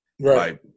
Right